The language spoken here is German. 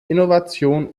innovation